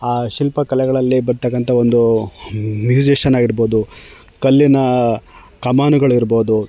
ಆ ಶಿಲ್ಪ ಕಲೆಗಳಲ್ಲಿ ಬರತಕ್ಕಂಥ ಒಂದು ಮ್ಯೂಸಿಷಿಯನ್ ಆಗಿರ್ಬೋದು ಕಲ್ಲಿನ ಕಮಾನುಗಳಿರ್ಬೋದು